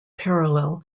parallel